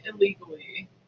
illegally